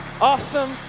Awesome